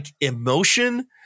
emotion